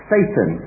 Satan